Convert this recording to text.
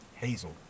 Hazel